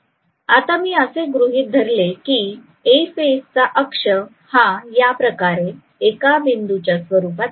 आता मी असे गृहीत धरले की A फेज चा अक्ष हा अशाप्रकारे एका बिंदूच्या स्वरूपात आहे